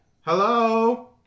Hello